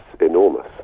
enormous